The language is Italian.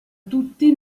tutti